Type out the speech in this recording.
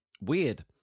weird